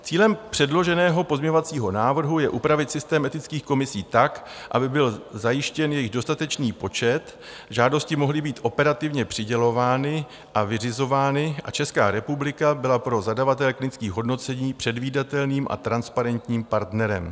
Cílem předloženého pozměňovacího návrhu je upravit systém etických komisí tak, aby byl zajištěn jejich dostatečný počet, žádosti mohly být operativně přidělovány a vyřizovány a Česká republika byla pro zadavatele klinických hodnocení předvídatelným a transparentním partnerem.